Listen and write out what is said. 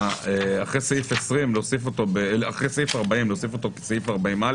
אחרי סעיף 40 צריך להוסיף את סעיף 40א